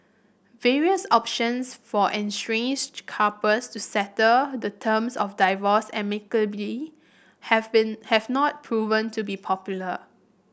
various options for estranges couples to settle the terms of divorce amicably have been have not proven to be popular